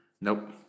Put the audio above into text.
Nope